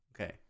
Okay